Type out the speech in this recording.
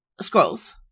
scrolls